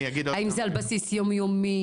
האם זה על בסיס יום-יומי?